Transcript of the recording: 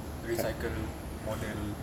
recycle model